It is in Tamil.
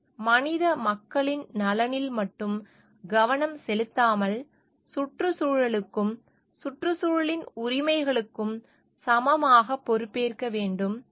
நாம் மனித மக்களின் நலனில் மட்டும் கவனம் செலுத்தாமல் சுற்றுச்சூழலுக்கும் சுற்றுச்சூழலின் உரிமைகளுக்கும் சமமாகப் பொறுப்பேற்க வேண்டும்